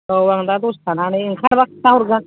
औ आं दा दसे थानानै ओंखारबा खिथाहरगोन